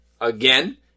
again